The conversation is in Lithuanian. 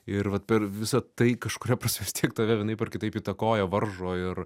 ir vat per visą tai kažkuria prasme vis tiek tave vienaip ar kitaip įtakoja varžo ir